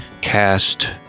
cast